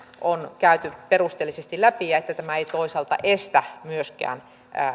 on käyty perusteellisesti läpi ja että tämä ei toisaalta estä myöskään